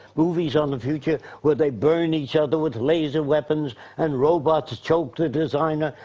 movies on the future, where they burn each other with laser weapons and robots choke the designer.